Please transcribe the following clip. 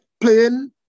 Playing